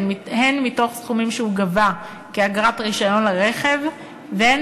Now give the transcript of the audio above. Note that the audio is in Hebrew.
הן מתוך סכומים שהוא גובה כאגרת רישיון הרכב והן